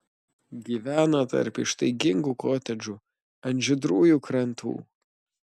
gyvena tarp ištaigingų kotedžų ant žydrųjų krantų